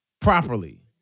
properly